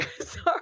Sorry